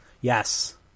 Yes